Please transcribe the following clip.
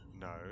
no